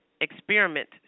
experiment